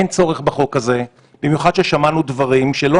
אין צורך בחוק הזה, במיוחד כששמענו שיש